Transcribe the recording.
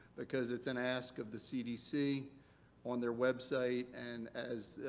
because it's an ask of the cdc on their website and as,